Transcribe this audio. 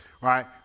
Right